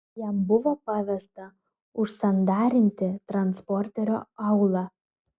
jam buvo pavesta užsandarinti transporterio aulą